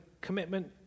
commitment